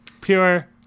pure